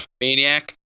Maniac